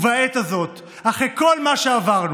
ובעת הזאת, אחרי כל מה שעברנו,